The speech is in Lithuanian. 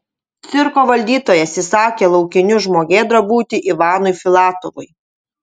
cirko valdytojas įsakė laukiniu žmogėdra būti ivanui filatovui